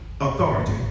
Authority